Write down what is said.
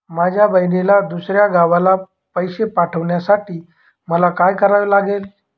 माझ्या बहिणीला दुसऱ्या गावाला पैसे पाठवण्यासाठी मला काय करावे लागेल?